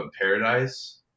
Paradise